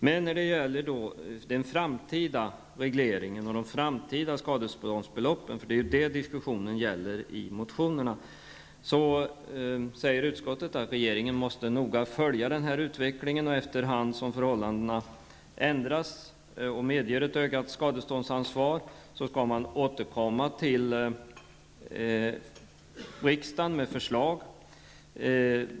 Men när det gäller den framtida regleringen och de framtida skadeståndsbeloppen -- det är ju det diskussionen gäller i motionerna -- säger utskottet att regeringen noga måste följa den här utvecklingen och efter hand som förhållandena ändras och medger ett ökat skadeståndsansvar skall man återkomma till riksdagen med förslag.